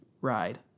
ride